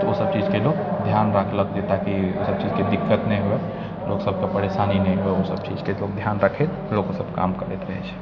तऽ ओ सब चीजके लोग ध्यानमे राखलक जे ताकि ओइसब चीजके दिक्कत नहि हुए लोक सबके परेशानी नहि हुए उ सब चीजके लोग ध्यान राखैत सब काम करैत रहै छै